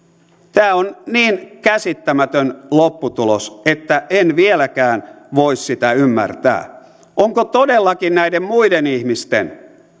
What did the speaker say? tämä on niin käsittämätön lopputulos että en vieläkään voi sitä ymmärtää onko todellakin näiden muiden ihmisten